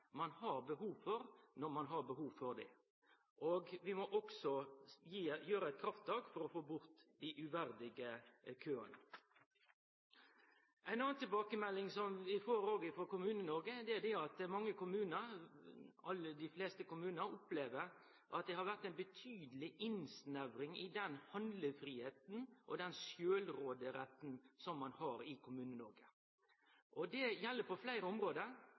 ein har behov for, når ein har behov for dei. Vi må også gjere eit krafttak for å få bort dei uverdige køane. Ei anna tilbakemelding som vi får frå Kommune-Noreg, er at dei fleste kommunar opplever at det har blitt ei betydeleg innsnevring i den handlefridomen og den sjølvråderetten som ein har i Kommune-Noreg. Det gjeld på fleire område.